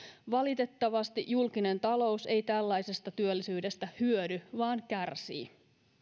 valitettavasti julkinen talous ei tällaisesta työllisyydestä hyödy vaan kärsii